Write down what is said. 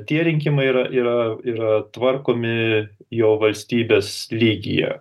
tie rinkimai yra yra yra tvarkomi jo valstybės lygyje